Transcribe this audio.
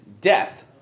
death